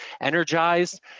energized